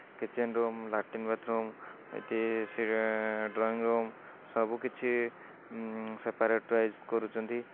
kitchen room latrine bathroom ଏଠି ସେ drawing room ସବୁ କିଛି ସେପାରେଟ୍ ୱାଇଜ୍ କରୁଛନ୍ତି